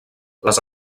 les